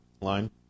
line